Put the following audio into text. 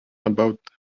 about